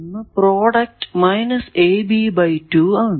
എന്ന പ്രോഡക്റ്റ് ആണ്